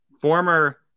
Former